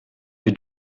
wir